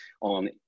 on